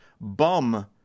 bum